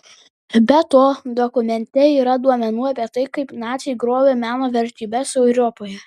be to dokumente yra duomenų apie tai kaip naciai grobė meno vertybes europoje